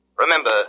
Remember